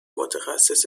متخصص